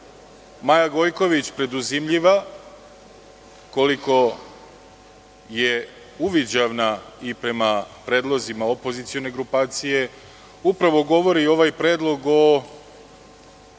Maja Gojković preduzimljiva, koliko je uviđavna i prema predlozima opozicione grupacije upravo govori i ovaj predlog o